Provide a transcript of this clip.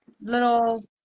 little